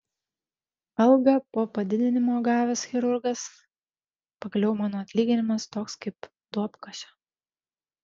algą po padidinimo gavęs chirurgas pagaliau mano atlyginimas toks kaip duobkasio